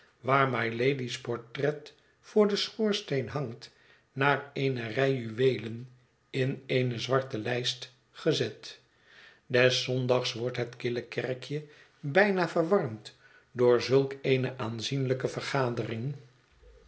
mylady's portret voor den schoorsteen hangt naar eene rij juweelen in eene zwarte lijst gezet des zondags wordt het kille kerkje bijna verwarmd door zulk eene aanzienlijke vergadering